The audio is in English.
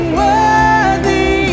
worthy